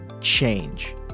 change